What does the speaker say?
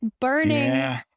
burning